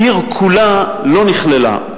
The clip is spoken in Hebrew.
העיר כולה לא נכללה,